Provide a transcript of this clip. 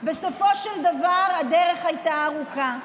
בסופו של דבר הדרך הייתה ארוכה.